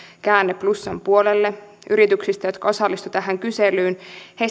käänne plussan puolelle yrityksistä jotka osallistuivat tähän kyselyyn